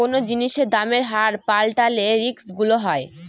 কোনো জিনিসের দামের হার পাল্টালে রিস্ক গুলো হয়